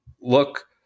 look